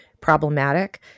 problematic